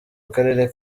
akarere